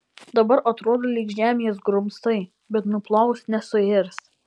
dabar atrodo lyg žemės grumstai bet nuplovus nesuirs